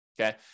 okay